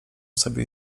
sobie